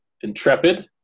intrepid